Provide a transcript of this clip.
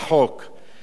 שיהיה ברור,